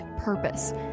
purpose